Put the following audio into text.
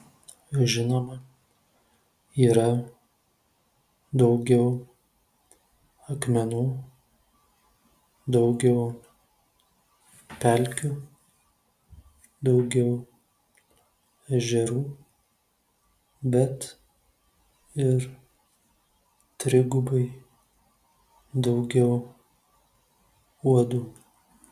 žinoma yra daugiau akmenų daugiau pelkių daugiau ežerų bet ir trigubai daugiau uodų